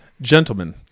gentlemen